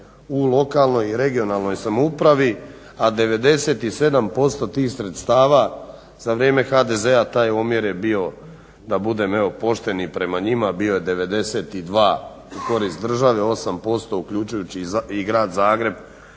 u lokalnoj i regionalnoj samoupravi a 97% tih sredstava za vrijeme HDZ-a taj omjer je bio da budem evo pošten i prema njima bio je 92 u korist države 8% uključujući i grad Zagreb